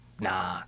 nah